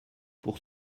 pour